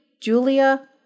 Julia